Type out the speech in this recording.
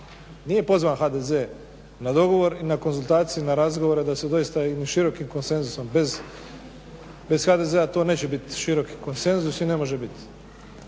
nije pozvan HDZ na dogovor i na konzultacije i na razgovor da se doista jednim širokim konsenzusom bez HDZ-a to neće biti široki konsenzus i ne može biti.